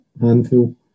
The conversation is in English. handful